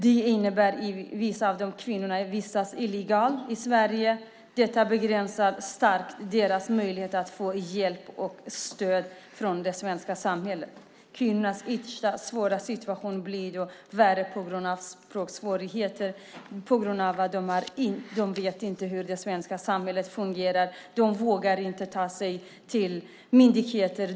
Det innebär att vissa av dessa kvinnor vistas illegalt i Sverige. Det begränsar starkt deras möjlighet att få hjälp och stöd från det svenska samhället. Kvinnornas ytterst svåra situation blir då värre på grund av språksvårigheter och på grund av att de inte vet hur det svenska samhället fungerar. De vågar inte ta sig till myndigheter.